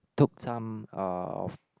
took some uh of